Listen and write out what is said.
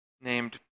named